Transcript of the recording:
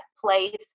place